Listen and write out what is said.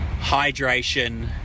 hydration